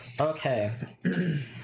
Okay